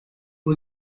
was